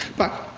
but,